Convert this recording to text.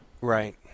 Right